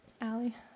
Allie